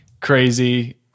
crazy